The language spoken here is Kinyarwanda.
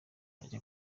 nzajya